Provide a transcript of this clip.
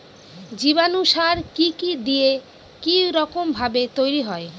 জীবাণু সার কি কি দিয়ে কি রকম ভাবে তৈরি হয়?